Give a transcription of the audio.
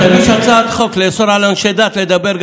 אז תגיש הצעת חוק גם לאסור על אנשי דת לדבר.